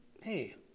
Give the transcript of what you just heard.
hey